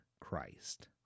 Christ